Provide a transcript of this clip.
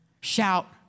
shout